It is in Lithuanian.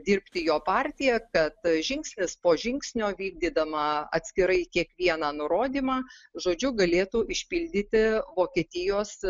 dirbti jo partija kad žingsnis po žingsnio vykdydama atskirai kiekvieną nurodymą žodžiu galėtų išpildyti vokietijos